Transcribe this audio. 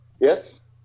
yes